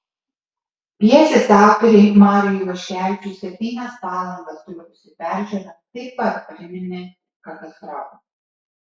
pjesės autoriui mariui ivaškevičiui septynias valandas trukusi peržiūra taip pat priminė katastrofą